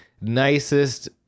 nicest